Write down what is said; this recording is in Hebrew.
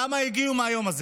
כמה הגיעו מאותו יום?